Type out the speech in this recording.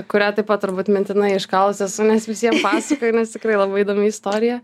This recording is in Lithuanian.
kurią taip pat turbūt mintinai iškalus esu nes visiem pasakoju nes tikrai labai įdomi istorija